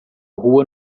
rua